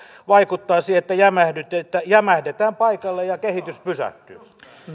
vaikuttaa siihen että jämähdetään että jämähdetään paikalle ja kehitys pysähtyy